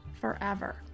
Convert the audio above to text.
forever